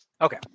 Okay